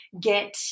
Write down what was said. get